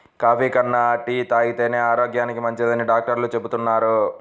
coffee కన్నా tea తాగితేనే ఆరోగ్యానికి మంచిదని డాక్టర్లు చెబుతున్నారు